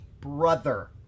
brother